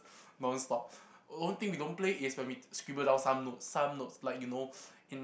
non stop only thing we don't play is when we scribble down some notes some notes like you know in